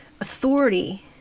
authority